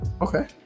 okay